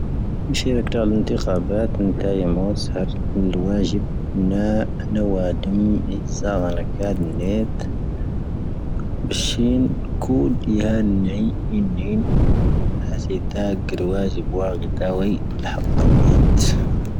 ⵏⴻⵙⵀⴻ ⵔⴰⴽⵀ ⵜⴰⵍ ⵏⵜⵉⴽⵀⴰⴱⴰⵜ ⵏⵜⴰⵢⴰⵎoⵜ ⵙⴻⵀⴰⵔ ⵏⵍⵡⴰⵊⵉⴱ ⵏⴰ ⵏⵡⴰⴷⵎ ⵙⴰ ⴳⴰⵍⴰⴽⴰⴷ ⵏⵏⴻⵜ. ⴱⵉⵙⵀⵉⵏ ⴽⵓⴷ ⵢⴰ ⵏⵏⵢⴻ ⵏⵏⵢⴻ. ⴰⵣⴻⵉⵜⴰ ⴳⵔⵓⵡⴰⵣ ⴱⵓⵡⴰⴳⵉⵜⴰⵡⴰⵉ ⵍⵀⴰⵇ ⵏⵏⴻⵜ.